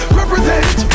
represent